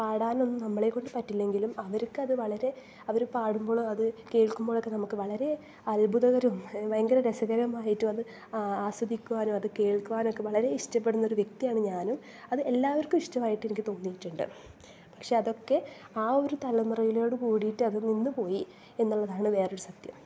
പാടാനൊന്നും നമ്മളെ കൊണ്ട് പറ്റില്ലെങ്കിലും അവർക്ക് അത് വളരെ അവർ പാടുമ്പോഴും അത് കേൾക്കുമ്പോഴുമൊക്കെ നമുക്ക് വളരെ അത്ഭുതകരവും ഭയങ്കരം രസകരമായിട്ടും അത് ആ ആസ്വദിക്കാനും അത് കേൾക്കുവാനുമൊക്കെ വളരെ ഇഷ്ട്ടപ്പെടുന്ന ഒരു വ്യക്തിയാണ് ഞാനും അത് എല്ലാവർക്കും ഇഷ്ട്ടമായിട്ട് എനിക്ക് തോന്നിയിട്ടുണ്ട് പക്ഷെ അതൊക്കെ ആ ഒരു തലമുറയിലോട് കൂടിയിട്ട് അത് നിന്ന് പോയി എന്നുള്ളതാണ് വേറെ ഒരു സത്യം